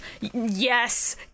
yes